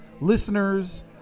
listeners